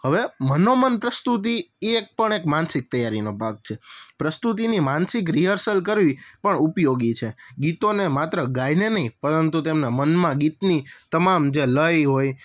હવે મનોમન પ્રસ્તુતિ એ એક પણ એક માનસિક તૈયારીનો ભાગ છે પ્રસ્તુતિની માનસિક રિયર્સલ કરવી પણ ઉપયોગી છે ગીતોને માત્ર ગાઈને નહીં પરંતુ તેમના મનમાં ગીતની તમામ જે લય હોય